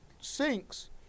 sinks –